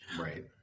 Right